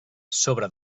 sobre